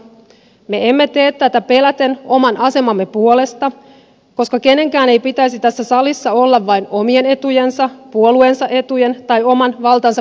me emme tee tätä peläten oman asemamme puolesta koska kenenkään ei pitäisi tässä salissa olla vain omien etujensa puoleensa etujen tai oman valtansa pönkittämisen vuoksi